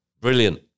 Brilliant